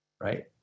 Right